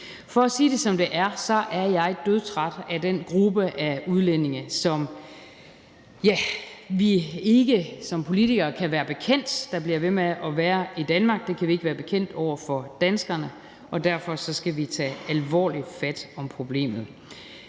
For at sige det, som det er, er jeg dødtræt af den gruppe af udlændinge, som vi ikke som politikere kan være bekendt, og som bliver ved med at være i Danmark. Det kan vi ikke være bekendt over for danskerne, og derfor skal vi tage alvorligt fat om problemet.